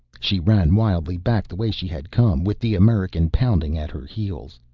she ran wildly back the way she had come, with the american pounding at her heels.